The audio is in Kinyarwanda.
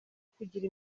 kugira